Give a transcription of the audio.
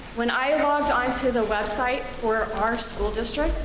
when i logged onto the website for our school district,